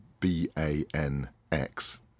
B-A-N-X